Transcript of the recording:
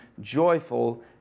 joyful